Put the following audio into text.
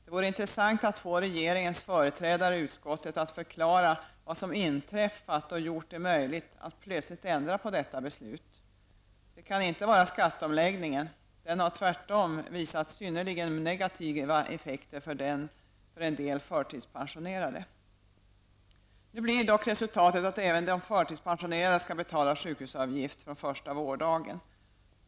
Det vore intressat att få regeringens företrädare i utskottet att förklara vad som inträffat och gjort det möjligt att plötsligt ändra på detta beslut. Det kan inte vara skatteomläggningen -- den har tvärtom visat synnerligen negativa effekter för en del förtidspensionerade. Nu blir dock resultatet att även de förtidspensionerade skall betala sjukhusavgift från första vårddagen.